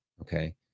okay